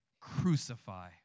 Crucify